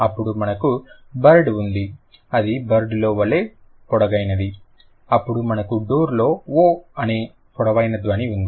అప్పుడు మనకు బర్ద్ ఉంది అది బర్ద్ లో వలె పొడవైనది అప్పుడు మనకు డోర్ లో ఓ అనే పొడవైన ధ్వని ఉంది